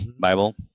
Bible